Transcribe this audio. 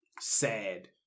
sad